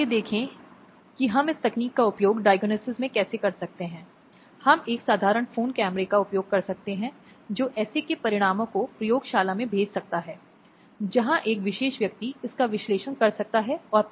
और इसके अलावा अगर हम 2013 के आपराधिक कानून संशोधन अधिनियम को देखते हैं तो हम पाएंगे कि अपराधों के विभिन्न रूप हैं जिन्हें कानूनों में लाया गया है